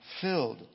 filled